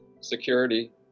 security